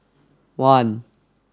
one